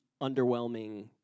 underwhelming